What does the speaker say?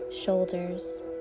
shoulders